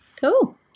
Cool